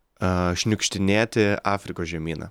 aaa šniukštinėti afrikos žemyną